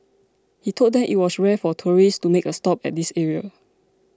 he told them it was rare for tourists to make a stop at this area